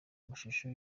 amashusho